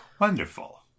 Wonderful